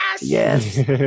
yes